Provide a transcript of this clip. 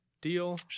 deal